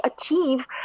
achieve